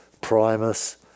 Primus